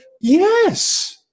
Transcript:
Yes